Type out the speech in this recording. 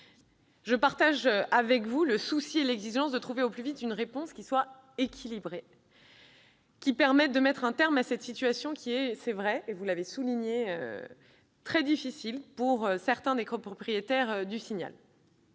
je partage avec vous le souci et l'exigence de trouver au plus vite une réponse équilibrée afin de mettre un terme à cette situation, qui est, il est vrai, comme vous l'avez souligné, très difficile pour certains des copropriétaires.